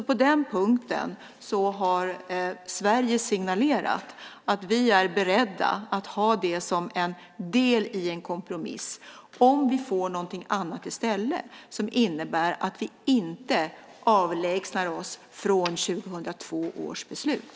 På den punkten har Sverige signalerat att vi är beredda att ha det som en del i en kompromiss, om vi får någonting annat i stället som innebär att vi inte avlägsnar oss från 2002 års beslut.